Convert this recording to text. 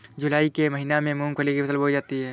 जूलाई के महीने में मूंगफली की फसल बोई जाती है